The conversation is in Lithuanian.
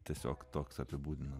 tiesiog toks apibūdinimas